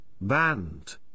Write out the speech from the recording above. band